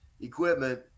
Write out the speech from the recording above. equipment